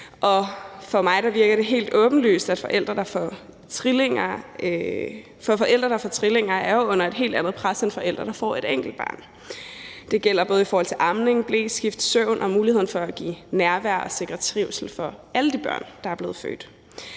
For mig virker det helt åbenlyst, for forældre, der får trillinger, er jo under et helt andet pres end forældre, der får et enkelt barn. Det gælder både i forhold til amning, bleskift, søvn og muligheden for at give nærvær og sikre trivsel for alle de børn,der er blevet født.